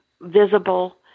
visible